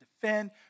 defend